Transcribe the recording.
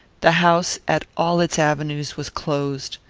the house, at all its avenues, was closed.